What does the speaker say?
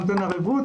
אני נותן ערבות,